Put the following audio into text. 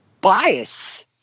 Bias